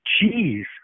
cheese